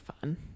fun